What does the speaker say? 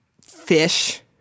fish